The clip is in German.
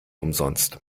umsonst